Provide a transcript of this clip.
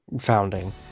Founding